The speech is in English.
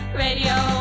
radio